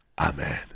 Amen